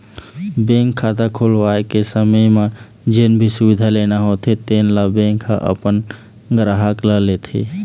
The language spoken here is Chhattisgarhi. बेंक खाता खोलवाए के समे म जेन भी सुबिधा लेना होथे तेन ल बेंक ह अपन गराहक ल देथे